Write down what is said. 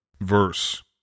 verse